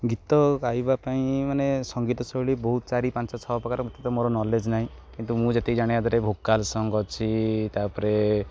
ଗୀତ ଗାଇବା ପାଇଁ ମାନେ ସଙ୍ଗୀତ ଶୈଳୀ ବହୁତ ଚାରି ପାଞ୍ଚ ଛଅ ପ୍ରକାର ମୋତେ ତ ମୋର ନଲେଜ ନାହିଁ କିନ୍ତୁ ମୁଁ ଯେତିକି ଜାଣିବା ଦରକାର ଭୋକାଲ ସଙ୍ଗ ଅଛି ତାପରେ